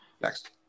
next